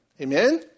Amen